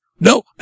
No